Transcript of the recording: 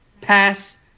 pass